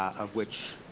of which,